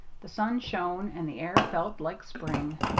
the sun shone, and the air felt like spring.